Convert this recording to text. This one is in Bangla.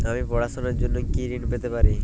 আমি পড়াশুনার জন্য কি ঋন পেতে পারি?